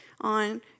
on